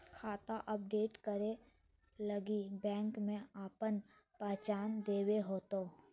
खाता अपडेट करे लगी बैंक में आपन पहचान देबे होतो